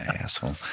asshole